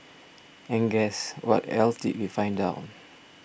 and guess what else did we find out